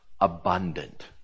abundant